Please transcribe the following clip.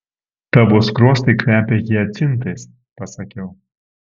tavo skruostai kvepia hiacintais pasakiau